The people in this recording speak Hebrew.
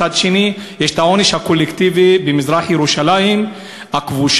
מצד שני יש עונש קולקטיבי במזרח-ירושלים הכבושה.